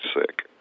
sick